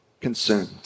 consumed